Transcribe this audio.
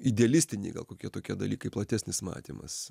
idealistiniai gal kokie tokie dalykai platesnis matymas